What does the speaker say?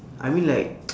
I mean like